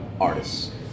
artists